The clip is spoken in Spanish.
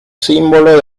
símbolo